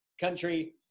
country